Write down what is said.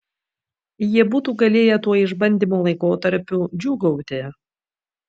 jie būtų galėję tuo išbandymo laikotarpiu džiūgauti